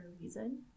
reason